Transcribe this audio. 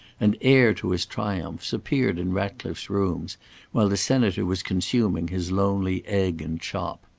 and heir to his triumphs, appeared in ratcliffe's rooms while the senator was consuming his lonely egg and chop.